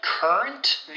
Current